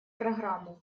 программу